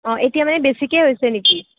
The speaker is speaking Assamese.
অঁ এতিয়া মানে বেছিকৈ হৈছে নেকি